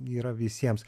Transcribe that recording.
yra visiems